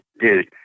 dude